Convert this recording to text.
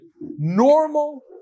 Normal